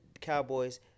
Cowboys